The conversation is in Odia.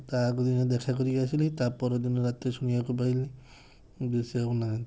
ତା'ଆଗଦିନ ଦେଖା କରିକି ଆସିଲି ତା'ପରଦିନ ରାତିରେ ଶୁଣିବାକୁ ପାଇଲି ଯେ ସେ ଆଉ ନାହାଁନ୍ତି